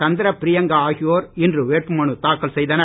சந்திர பிரியங்கா ஆகியோர் இன்று வேட்பு மனு தாக்கல் செய்தனர்